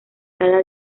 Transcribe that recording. cada